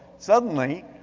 suddenly,